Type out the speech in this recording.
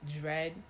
dread